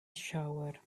shower